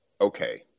okay